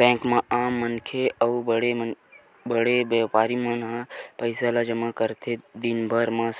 bank म आम मनखे अउ बड़े बड़े बेपारी मन ह पइसा ल जमा करथे, दिनभर म